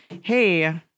hey